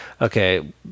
okay